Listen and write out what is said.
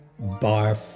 Barf